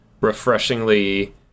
refreshingly